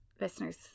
Listeners